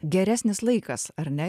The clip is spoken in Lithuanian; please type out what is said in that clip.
geresnis laikas ar ne